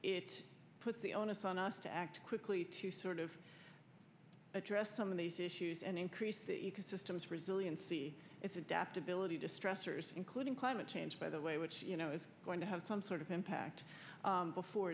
it puts the onus on us to act quickly to sort of address some of these issues and increase the ecosystems resiliency it's adaptability to stressors including climate change by the way which you know it's going to have some sort of impact before